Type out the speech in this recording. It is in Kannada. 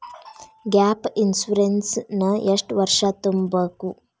ಗ್ಯಾಪ್ ಇನ್ಸುರೆನ್ಸ್ ನ ಎಷ್ಟ್ ವರ್ಷ ತುಂಬಕು?